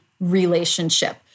relationship